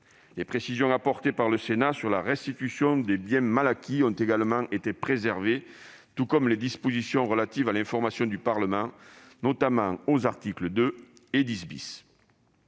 Les précisions apportées par le Sénat sur la restitution des biens mal acquis ont également été préservées, tout comme les dispositions relatives à l'information du Parlement, notamment aux articles 2 et 10 .